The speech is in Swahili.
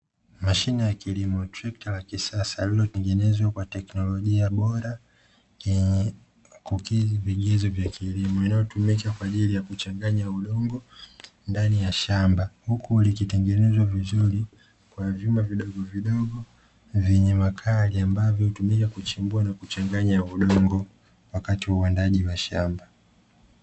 Mashine ya kilimo, trekta la kisasa lililotengenezwa kwa teknolojia bora yenye kukidhi vigezo vya kilimo, inayotumika kwa ajili ya kuchanganya udongo ndani ya shamba, huku likitengenezwa vizuri kwa vyuma vidogovidogo vyenye makali ambavyo hutumika kuchimbua udongo wakati wa uandaaji wa shamba.